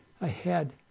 ahead